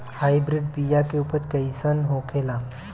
Hybrid बीया के उपज कैसन होखे ला?